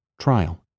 Trial